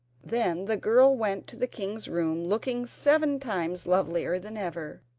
then the girl went to the king's room looking seven times lovelier than ever.